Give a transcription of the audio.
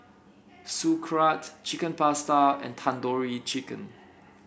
Sauerkraut Chicken Pasta and Tandoori Chicken